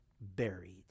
buried